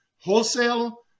wholesale